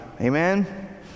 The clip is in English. Amen